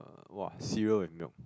uh !wah! cereal and milk